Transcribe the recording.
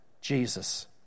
Jesus